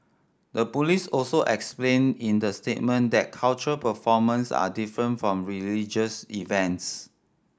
the police also explained in the statement that cultural performance are different from religious events